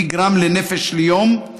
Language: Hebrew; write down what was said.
לפי גרם לנפש ליום,